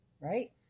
right